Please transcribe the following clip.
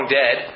dead